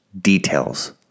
Details